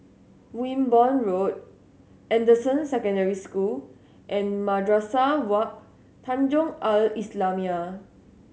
Wimborne Road Anderson Secondary School and Madrasah Wak Tanjong Al Islamiah